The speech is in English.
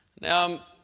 Now